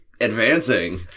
advancing